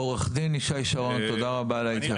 עורך הדין ישי שרון, תודה רבה על ההתייחסות.